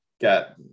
got